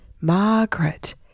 Margaret